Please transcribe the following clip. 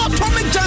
Atomic